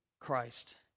Christ